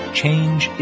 change